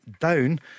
down